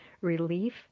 Relief